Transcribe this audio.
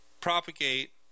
propagate